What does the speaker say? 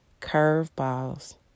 curveballs